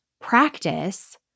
practice